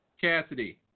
Cassidy